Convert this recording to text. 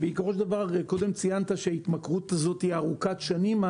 קודם ציינת שההתמכרות הזאת היא ארוכת שנים.